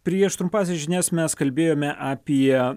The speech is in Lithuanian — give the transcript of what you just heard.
prieš trumpąsias žinias mes kalbėjome apie